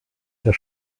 der